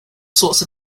sorts